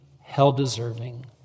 hell-deserving